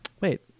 Wait